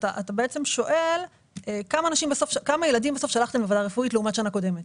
אתה בעצם שואל כמה ילדים שלחנו לוועדה רפואית לעומת שנה קודמת.